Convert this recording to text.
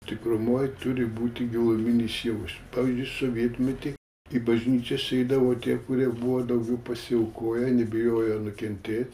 tikrumoj turi būti giluminis jausmas pavyzdžiui sovietmety į bažnyčias eidavo tie kurie buvo daugiau pasiaukoję nebijojo nukentėt